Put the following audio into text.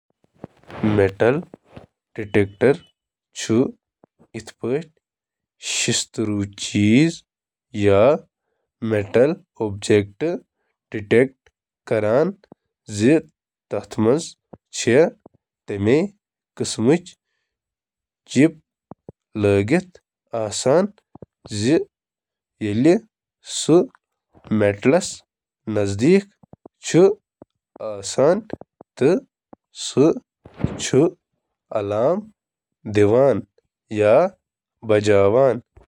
Metal detector چُھ اکھ برقی مقناطیسی فیلڈ یتھ منٛز دھاتی چیزٕ سۭتۍ گزرن وٲل لائنہٕ چِھ۔ میٹل ڈیٹیکٹر پیٹھ ایڈی کرنٹس ہنٛز نسل چِھ عام برقی مقناطیسی فیلڈس مسخ کران۔